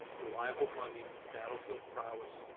reliable funding, battlefield prowess,